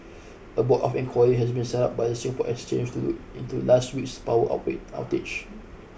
a board of inquiry has been set up by the Singapore Exchange to do into last week's power outrage outage